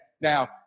Now